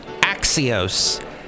Axios